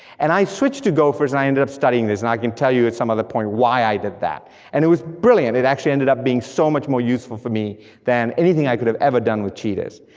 and i switched to gophers, and i ended up studying this, and i can tell you at some other point why i did that and it was brilliant, it actually ended up being so much more useful for me than anything i could have ever done with cheetahs.